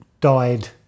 died